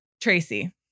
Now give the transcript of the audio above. Tracy